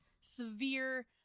severe